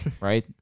right